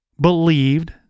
believed